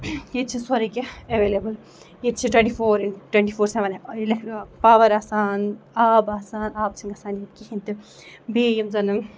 ییٚتہِ چھُ سورُے کیٚنہہ ایٚولیبٕل ییٚتہِ چھُ twenty four into twenty four seven power آسان آب آسان آب چھُنہٕ گژھان ییٚتہِ کِہیںی تہِ بیٚیہِ یِم زَنہٕ